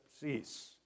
cease